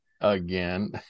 Again